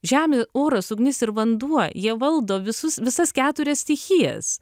žemė oras ugnis ir vanduo jie valdo visus visas keturias stichijas